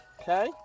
Okay